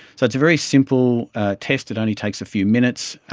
so it's a very simple test, it only takes a few minutes.